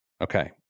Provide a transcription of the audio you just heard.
Okay